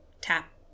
tap